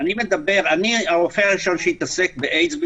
אני הרופא הראשון שהתעסק באיידס בישראל,